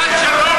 בעדך.